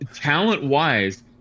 talent-wise